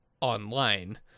online